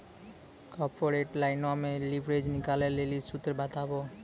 corporate लाइनो मे leverage निकालै लेली सूत्र बताबो